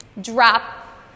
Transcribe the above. Drop